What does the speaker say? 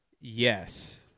Yes